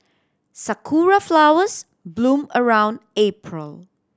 sakura flowers bloom around April